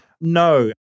No